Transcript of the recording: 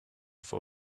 for